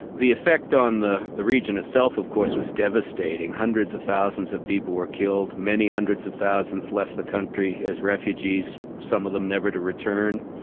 the effect on the the region itself of course was devastating. hundreds of thousands of people were killed many hundreds of thousands left the country as refugees, some of them never to return.